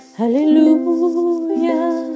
Hallelujah